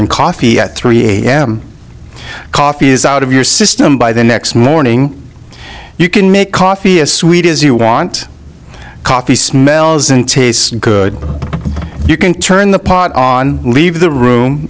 and coffee at three am coffee is out of your system by the next morning you can make coffee as sweet as you want coffee smells and tastes good you can turn the pot on leave the room